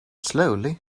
slowly